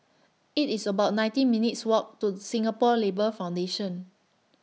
IT IS about nineteen minutes' Walk to Singapore Labour Foundation